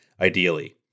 ideally